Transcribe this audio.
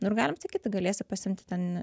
nu ir galim sakyti galėsi pasiimti ten